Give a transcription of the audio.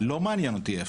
לא מעניין אותי איפה.